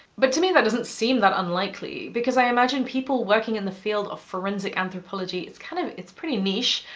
but to me that doesn't seem that unlikely, because i imagine people working in the field of forensic anthropology. it's kind of. it's pretty niche.